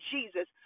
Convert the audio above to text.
Jesus